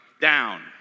down